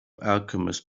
alchemists